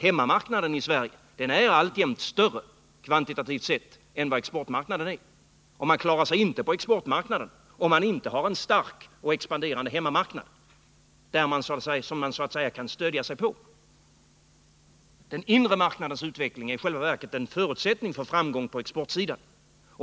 Hemmamarknaden Sverige är alltjämt större, kvantitativt sett, än vad exportmarknaden är. Man klarar sig inte på exportmarknaden, om man inte har en stark och expanderande hemmamarknad, som man så att säga kan stödja sig på. Den inre marknadens utveckling är jälva verket en förutsättning för framgång på exportsidan.